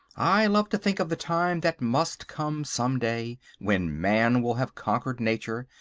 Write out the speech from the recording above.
i love to think of the time that must come some day when man will have conquered nature,